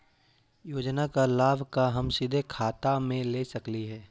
योजना का लाभ का हम सीधे खाता में ले सकली ही?